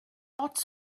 dots